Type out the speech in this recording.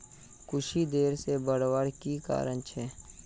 कुशी देर से बढ़वार की कारण छे?